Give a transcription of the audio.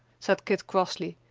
said kit crossly.